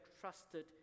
trusted